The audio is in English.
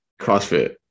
crossfit